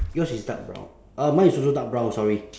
yours is dark brown uh mine is also dark brown sorry